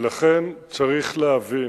צריך להבין,